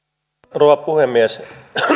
rouva puhemies